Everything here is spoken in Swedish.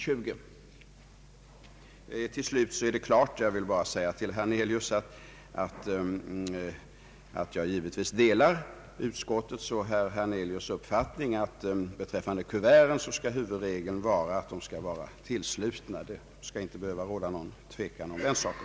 Till slut vill jag till herr Hernelius säga att jag givetvis delar hans och utskottets uppfattning att huvudregeln är att kuverten skall vara tillslutna. Det skall inte behöva råda någon tvekan om den saken.